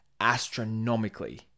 astronomically